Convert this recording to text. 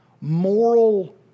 moral